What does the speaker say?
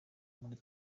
muri